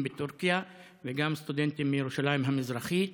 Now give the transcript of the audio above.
בטורקיה וגם סטודנטים מירושלים המזרחית,